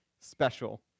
special